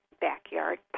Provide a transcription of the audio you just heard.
backyard